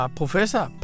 professor